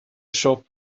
shop